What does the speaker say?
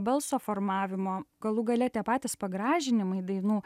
balso formavimo galų gale tie patys pagražinimai dainų